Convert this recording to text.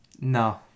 No